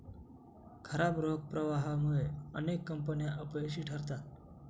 खराब रोख प्रवाहामुळे अनेक कंपन्या अपयशी ठरतात